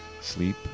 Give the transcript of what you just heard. Sleep